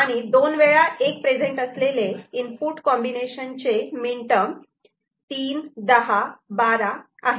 आणि दोन वेळा '1' प्रेझेंट असलेले इनपुट कॉम्बिनेशनचे मीनटर्म 3 10 12 आहेत